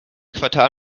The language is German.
quartal